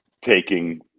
taking